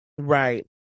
Right